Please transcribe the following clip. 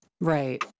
right